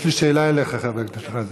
יש לי שאלה אליך, חבר הכנסת חאג':